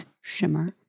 Shimmer